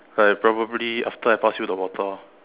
I probably after I pass you the water